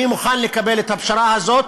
אני מוכן לקבל את הפשרה זאת,